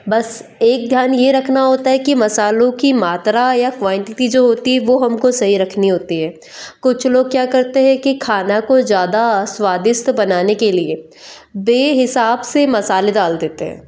बस एक ध्यान यह रखना होता है कि मसालों की मात्रा या क्वांटिटी जो होती है वह हमको सही रखनी होती है कुछ लोग क्या करते हैं कि खाना को ज़्यादा स्वादिष्ट बनाने के लिए बेहिसाब से मसाले डाल देते हैं